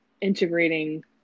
integrating